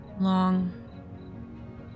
long